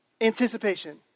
Anticipation